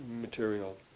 material